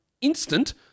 instant